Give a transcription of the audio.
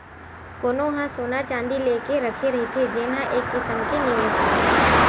कोनो ह सोना चाँदी लेके रखे रहिथे जेन ह एक किसम के निवेस हरय